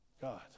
God